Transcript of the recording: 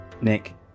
Nick